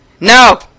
No